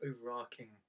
overarching